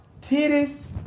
titties